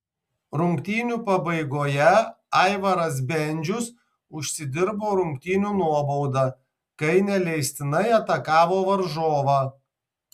rungtynių pabaigoje aivaras bendžius užsidirbo rungtynių nuobaudą kai neleistinai atakavo varžovą